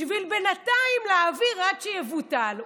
בשביל בינתיים להעביר עד שיבוטל.